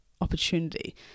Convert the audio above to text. opportunity